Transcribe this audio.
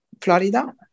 Florida